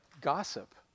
gossip